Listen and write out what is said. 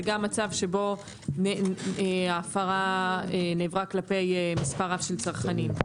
וגם מצב שבו ההפרה נעברה כלפי מס' רב של צרכנים.